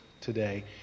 today